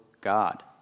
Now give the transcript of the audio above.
God